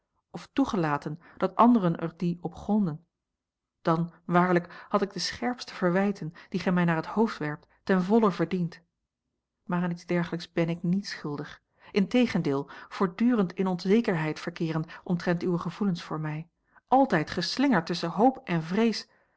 of toegelaten dat anderen er die op grondden dan waarlijk had ik de scherpe verwijten die gij mij naar het hoofd werpt ten volle verdiend maar aan iets dergelijks ben ik niet schuldig integendeel voortdurend in onzekerheid verkeerend omtrent uwe gevoelens voor mij altijd geslingerd tusschen hoop en vrees